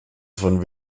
von